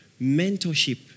Mentorship